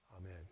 Amen